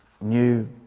new